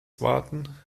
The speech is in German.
warten